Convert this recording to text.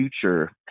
future